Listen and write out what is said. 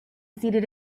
seated